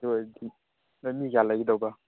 ꯑꯗꯨ ꯑꯣꯏꯔꯗꯤ ꯅꯣꯏ ꯃꯤ ꯀꯌꯥ ꯂꯩꯒꯗꯧꯕ